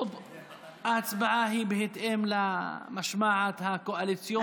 שההצבעה היא בהתאם למשמעת הקואליציונית,